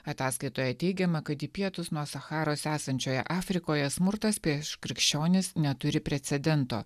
ataskaitoje teigiama kad į pietus nuo sacharos esančioje afrikoje smurtas prieš krikščionis neturi precedento